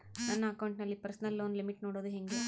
ನನ್ನ ಅಕೌಂಟಿನಲ್ಲಿ personal loan limit ನೋಡದು ಹೆಂಗೆ?